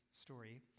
story